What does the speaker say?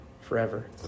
forever